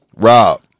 Rob